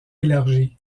élargi